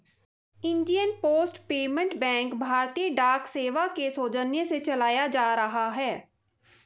Indian post payment bank भारतीय डाक सेवा के सौजन्य से चलाया जा रहा है